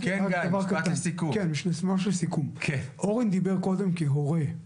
משפט לסיכום, אורן דיבר קודם כהורה.